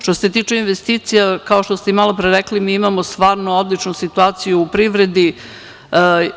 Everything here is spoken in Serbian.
Što se tiče investicija, kao što ste i malo pre rekli, mi imamo stvarno odličnu situaciju u privredi.